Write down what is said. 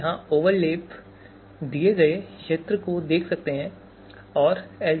आप यहां ओवरलैप किए गए क्षेत्र को देख सकते हैं